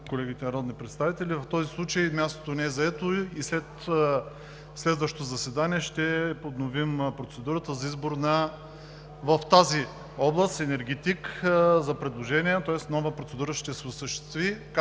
колегите народни представители, мястото не е заето. След следващо заседание ще подновим процедурата за избор в тази област – енергетик, за предложения, тоест нова процедура ще се осъществи,